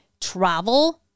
travel